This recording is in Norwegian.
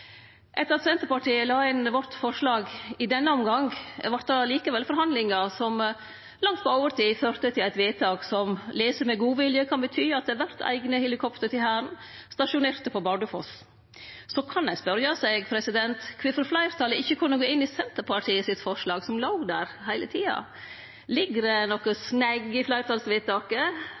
Etter at Senterpartiet la inn forslaget sitt i denne omgangen, vart det likevel forhandlingar, som langt på overtid førte til eit vedtak som, lese med godvilje, kan bety av det vert eigne helikopter til Hæren, stasjonerte på Bardufoss. Så kan ein spørje seg kvifor fleirtalet ikkje kunne gå inn i forslaget frå Senterpartiet, som låg der heile tida. Ligg det noko «snags» i fleirtalsvedtaket